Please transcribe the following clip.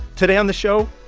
today on the show,